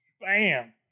bam